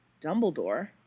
Dumbledore